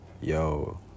Yo